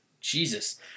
Jesus